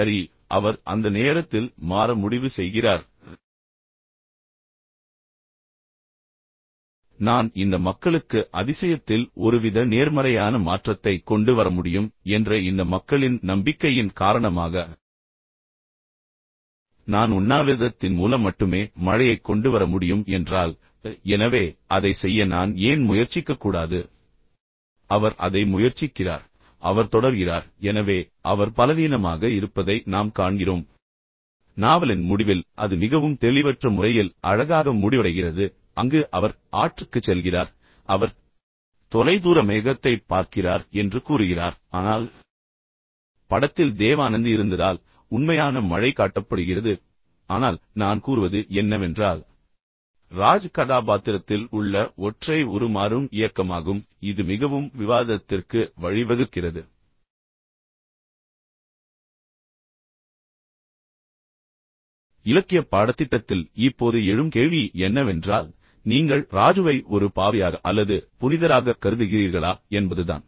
சரி அவர் அந்த நேரத்தில் மாற முடிவு செய்கிறார் நான் இந்த மக்களுக்கு அதிசயத்தில் ஒருவித நேர்மறையான மாற்றத்தைக் கொண்டு வர முடியும் என்ற இந்த மக்களின் நம்பிக்கையின் காரணமாக நான் உண்ணாவிரதத்தின் மூலம் மட்டுமே மழையைக் கொண்டுவர முடியும் என்றால் எனவே அதை செய்ய நான் ஏன் முயற்சிக்கக்கூடாது அவர் அதை முயற்சிக்கிறார் அவர் தொடர்கிறார் எனவே அவர் பலவீனமாகவும் பலவீனமாகவும் இருப்பதை நாம் காண்கிறோம் நாவலின் முடிவில் அது மிகவும் தெளிவற்ற முறையில் அழகாக முடிவடைகிறது அங்கு அவர் ஆற்றுக்குச் செல்கிறார் பின்னர் அவர் தொலைதூர மேகத்தைப் பார்க்கிறார் என்று கூறுகிறார் ஆனால் படத்தில் தேவானந்த் இருந்ததால் உண்மையான மழை காட்டப்படுகிறது ஆனால் நான் கூறுவது என்னவென்றால் ராஜு கதாபாத்திரத்தில் உள்ள ஒற்றை உருமாறும் இயக்கமாகும் இது மிகவும் விவாதத்திற்கு வழிவகுக்கிறது இலக்கியப் பாடத்திட்டத்தில் இப்போது எழும் கேள்வி என்னவென்றால் நீங்கள் ராஜுவை ஒரு பாவியாக அல்லது புனிதராகக் கருதுகிறீர்களா என்பதுதான்